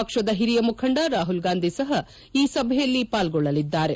ಪಕ್ಷದ ಹಿರಿಯ ಮುಖಂಡ ರಾಹುಲ್ ಗಾಂಧಿ ಸಹ ಈ ಸಭೆಯಲ್ಲಿ ಪಾಲ್ಗೊಳ್ಳಲಿದ್ದಾರೆ